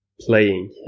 playing